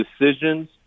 decisions